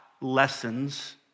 lessons